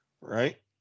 right